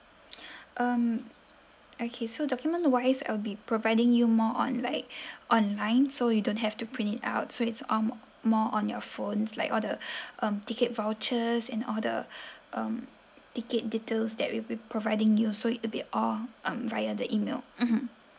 um okay so document wise I will be providing you more on like online so you don't have to print it out so it's um more on your phones like all the um ticket vouchers and all the um ticket details that we'll be providing you so it will be all via the email mmhmm